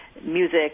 Music